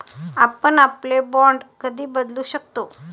आपण आपले बाँड कधी बदलू शकतो?